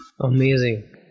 Amazing